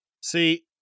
See